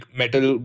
metal